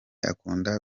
akunda